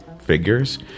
figures